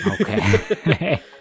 Okay